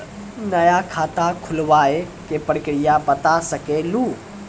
नया खाता खुलवाए के प्रक्रिया बता सके लू?